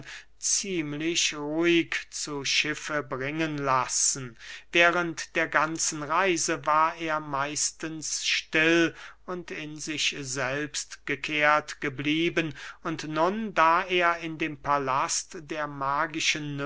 ziemlich ruhig zu schiffe bringen lassen während der ganzen reise war er meistens still und in sich selbst gekehrt geblieben und nun da er in dem palast der magischen